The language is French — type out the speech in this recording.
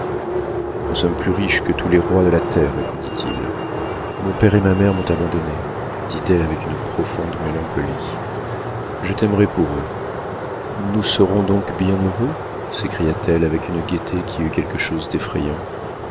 nous sommes plus riches que tous les rois de la terre répondit-il mon père et ma mère m'ont abandonnée dit-elle avec une profonde mélancolie je t'aimerai pour eux nous serons donc bien heureux sécria t elle avec une gaieté qui eut quelque chose d'effrayant